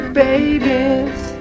babies